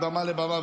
מבמה לבמה,